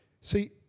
See